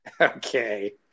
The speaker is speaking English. Okay